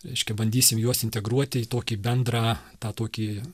reiškia bandysim juos integruoti į tokį bendrą tą tokį